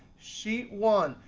sheet one.